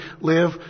live